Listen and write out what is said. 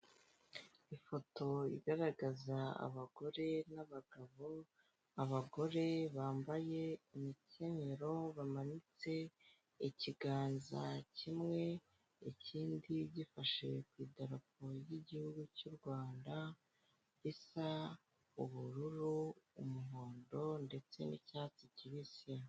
Ifoto igaragaza abagore n'abagabo, abagore bambaye imikenyero bamanitse ikiganza kimwe ikindi gifashe kw'idarapo ry'igihugu cy'urwanda gisa ubururu umuhondo ndetse n'icyatsi kibisi.